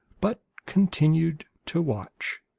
but continued to watch.